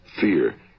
fear